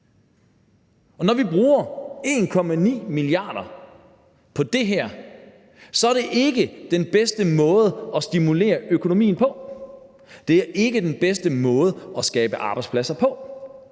når vi bruger 1,9 mia. kr. på det her, er det ikke den bedste måde at stimulere økonomien på; det er ikke den bedste måde at skabe arbejdspladser på.